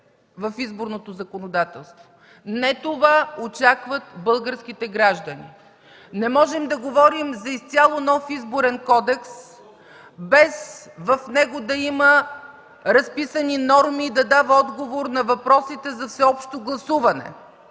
в изборното законодателство. Не това очакват българските граждани. Не можем да говорим за изцяло нов Изборен кодекс без в него да има разписани норми, да дава отговор на въпросите за всеобщо гласуване,